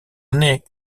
année